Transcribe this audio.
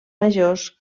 majors